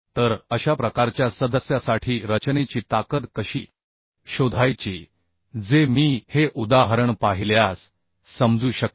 तर अशा प्रकारच्या सदस्यासाठी रचनेची ताकद कशी शोधायची जे मी हे उदाहरण पाहिल्यास समजू शकते